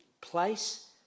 place